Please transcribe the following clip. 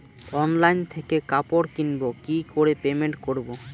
Online থেকে কাপড় কিনবো কি করে পেমেন্ট করবো?